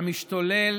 המשתולל